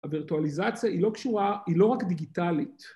‫הווירטואליזציה היא לא קשורה, היא לא רק דיגיטלית.